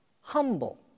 humble